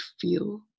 feel